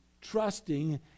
trusting